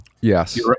yes